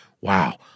wow